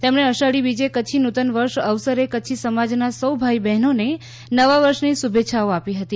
તેમણે અષાઢી બીજે કચ્છી નૂતનવર્ષ અવસરે કચ્છી સમાજના સૌ ભાઈ બહેનોને નવા વર્ષની શુભેચ્છાઓ આપી હતી